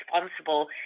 responsible